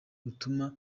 gutuma